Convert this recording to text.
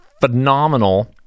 phenomenal